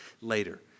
later